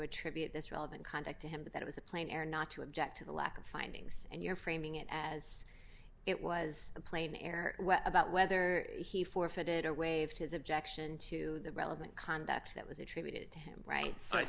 attribute this relevant conduct to him but that it was a plane air not to object to the lack of findings and you're framing it as it was a plane air about whether he forfeited or waived his objection to the relevant conduct that was attributed to him right